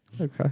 okay